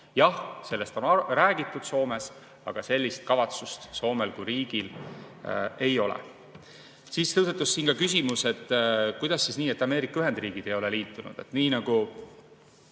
Jah, sellest on Soomes räägitud, aga sellist kavatsust Soomel kui riigil ei ole. Siis tõusetus siin küsimus, et kuidas siis nii, et Ameerika Ühendriigid ei ole liitunud. Nii nagu